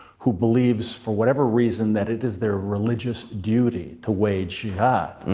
who believes, for whatever reason, that it is their religious duty to wage jihad.